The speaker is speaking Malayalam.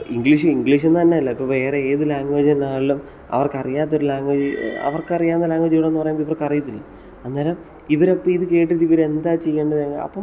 ഇപ്പം ഇംഗ്ലീഷ് ഇംഗ്ലീഷ് എന്ന് തന്നെയല്ല ഇപ്പം വേറെ ഏത് ലാംഗ്വേജ് തന്നെയാണെങ്കിലും അവർക്കറിയാത്തൊരു ലാംഗ്വേജ് അവർക്കറിയാവുന്ന ലാംഗ്വേജ് ഇവിടെ വന്ന് പറയുമ്പോൾ ഇവർക്കറിയത്തില്ല അന്നേരം ഇവരപ്പം ഇത് കേട്ടിട്ടിവർ എന്താണ് ചെയ്യേണ്ടത് അപ്പം